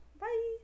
Bye